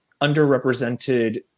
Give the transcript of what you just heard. underrepresented